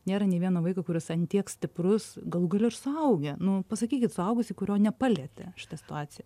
nėra nė vieno vaiko kuris ant tiek stiprus galų gale ir suaugę nu pasakykit suaugusį kurio nepalietė šita situacija